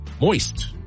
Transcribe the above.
Moist